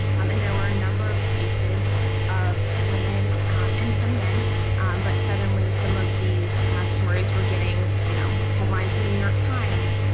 um and there were a number of cases of women um and some men um but suddenly, some of these stories were getting, you know, headlines in the new york times.